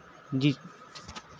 جی